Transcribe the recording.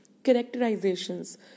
Characterizations